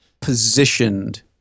positioned